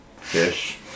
Fish